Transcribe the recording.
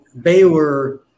Baylor